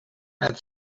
had